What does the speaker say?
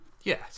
Yes